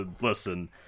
listen